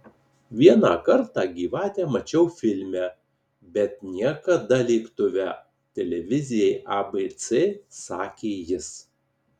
vieną kartą gyvatę mačiau filme bet niekada lėktuve televizijai abc sakė jis